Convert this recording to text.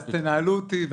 בסדר, אז תנהלו אותי.